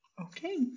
Okay